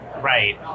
Right